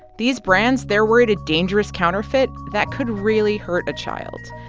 these brands, they're worried a dangerous counterfeit that could really hurt a child.